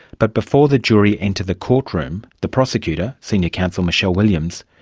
but before the jury enter the courtroom, the prosecutor, senior counsel michele williams,